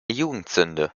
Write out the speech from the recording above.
jugendsünde